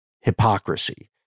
hypocrisy